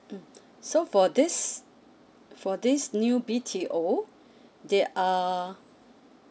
mm so for this for this new B_T_O there are